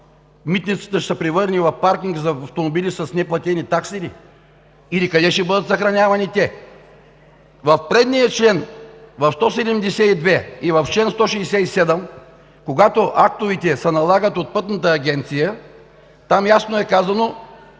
Митницата ще се превърне в паркинг за автомобили с неплатени такси ли? Къде ще бъдат съхранявани те? В предния чл. 172 и в чл. 167, когато актовете са налагат от Пътната агенция, ясно е казано